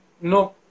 no